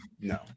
no